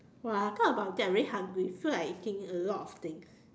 !wah! talk about that very hungry feel like eating a lot of things